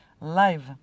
live